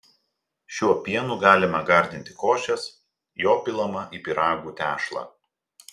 šiuo pienu galima gardinti košes jo pilama į pyragų tešlą